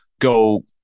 go